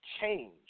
change